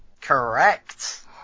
Correct